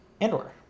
Andor